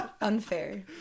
Unfair